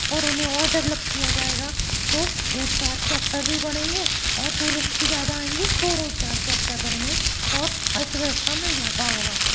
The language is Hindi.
और उन्हें और डेवलप किया जाएगा तो रोज़गार के अवसर भी बढ़ेंगे और टूरिस्ट भी ज़्यादा आएंगे तो रोज़गार के अवसर बढ़ेंगे और अर्थव्यवस्था में इज़ाफ़ा होगा